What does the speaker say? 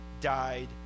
died